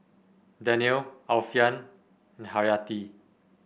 Daniel Alfian and Haryati